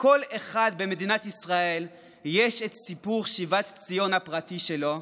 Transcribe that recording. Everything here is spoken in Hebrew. לכל אחד במדינת ישראל יש את סיפור שיבת ציון הפרטי שלו,